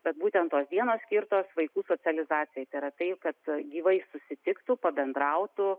bet būtent tos dienos skirtos vaikų socializacijai tai yra tai kad gyvai susitiktų pabendrautų